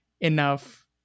enough